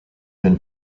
been